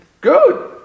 Good